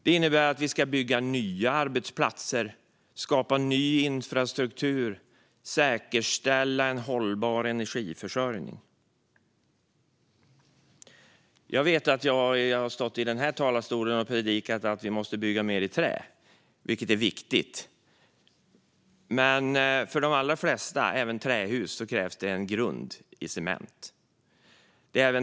Det innebär att vi ska bygga nya arbetsplatser, skapa ny infrastruktur och säkerställa en hållbar energiförsörjning. Jag vet att jag har stått i denna talarstol och predikat om att vi måste bygga mer i trä, vilket är viktigt. Men för de allra flesta hus, även trähus, krävs en grund i cement.